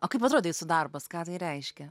o kaip atrodė jūsų darbas ką tai reiškia